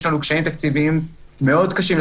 יש לנו קשיים תקציביים מאוד קשים,